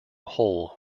hole